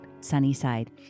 Sunnyside